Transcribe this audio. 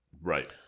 Right